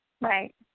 Right